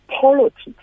politics